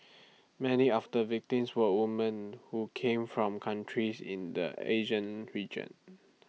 many of the victims were women who came from countries in the Asian region